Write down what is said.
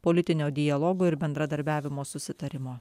politinio dialogo ir bendradarbiavimo susitarimo